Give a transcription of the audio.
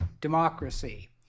democracy